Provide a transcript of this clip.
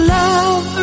love